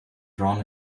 drawn